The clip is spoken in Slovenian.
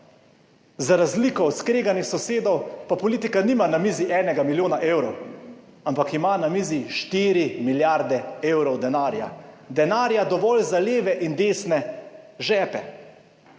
Za razliko od skreganih sosedov pa politika nima na mizi enega milijona evrov, ampak ima na mizi štiri milijarde evrov denarja. Denarja dovolj za leve in desne žepe.